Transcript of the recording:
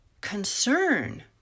concern